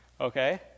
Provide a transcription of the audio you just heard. Okay